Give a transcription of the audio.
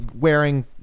wearing